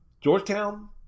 Georgetown